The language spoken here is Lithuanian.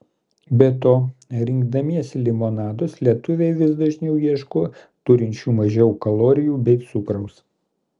be to rinkdamiesi limonadus lietuviai vis dažniau ieško turinčių mažiau kalorijų bei cukraus